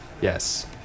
Yes